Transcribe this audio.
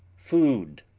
food,